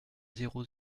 zéro